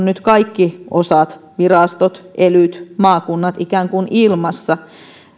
nyt kaikki osat virastot elyt maakunnat ikään kuin ilmassa